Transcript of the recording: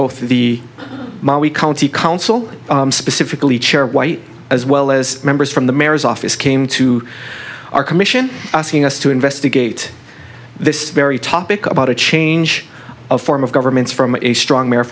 both the county council specifically chair white as well as members from the mayor's office came to our commission asking us to investigate this very topic about a change of form of governments from a strong